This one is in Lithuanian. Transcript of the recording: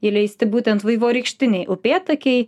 įleisti būtent vaivorykštiniai upėtakiai